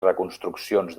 reconstruccions